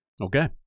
Okay